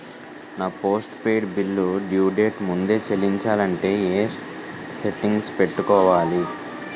నా postpaid bill due date ముందే చెల్లించాలంటే ఎ సెట్టింగ్స్ పెట్టుకోవాలి?